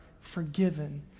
forgiven